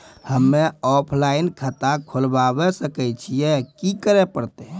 हम्मे ऑफलाइन खाता खोलबावे सकय छियै, की करे परतै?